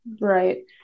Right